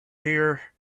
here